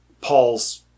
Paul's